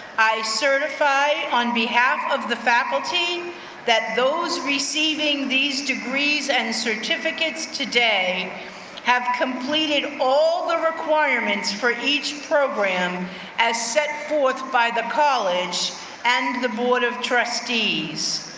i certify on behalf of the faculty that those receiving these degrees and certificates today have completed all the requirements for each program as set forth by the college and the board of trustees.